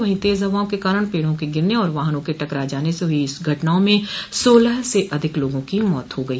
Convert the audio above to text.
वहीं तेज हवाओं के कारण पेड़ों के गिरने और वाहनों के टकरा जाने से हई घटनाओं में सोलह से अधिक लोगों की मौत हो गई